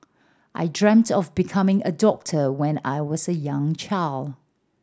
I dreamt of becoming a doctor when I was a young child